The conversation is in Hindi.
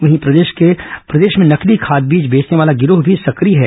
वहीं प्रदेश में नकली खाद बीज बेचने वाला गिरोह भी सक्रिय है